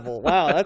Wow